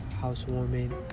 housewarming